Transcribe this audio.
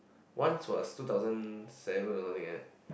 once was two thousand seven or something like that